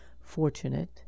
fortunate